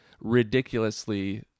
ridiculously